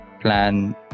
plan